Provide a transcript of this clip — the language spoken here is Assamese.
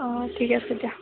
অ ঠিক আছে দিয়া